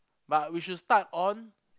but we should start on